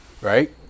Right